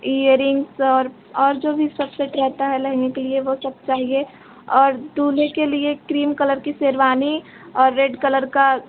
year रिन्ग्स और और जो भी सब सेट रहता है लहँगे के लिए वह सब चाहिए और दूल्हे के लिए क्रीम कलर की शेरवानी और रेड कलर का